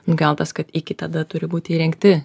gautas kad iki tada turi būt įrengti